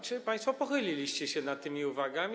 Czy państwo pochyliliście się na tymi uwagami.